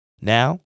Now